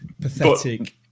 Pathetic